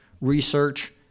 research